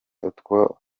utwo